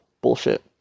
Bullshit